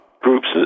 groups